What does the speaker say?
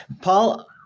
Paul